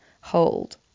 hold